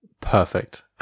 Perfect